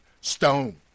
stone